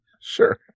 Sure